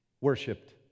Worshipped